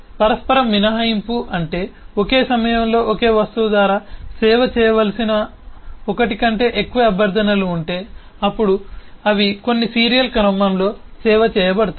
పరస్పర మినహాయింపు అంటే ఒకే సమయంలో ఒకే వస్తువు ద్వారా సేవ చేయవలసిన ఒకటి కంటే ఎక్కువ అభ్యర్థనలు ఉంటే అప్పుడు అవి కొన్ని సీరియల్ క్రమంలో సేవ చేయబడతాయి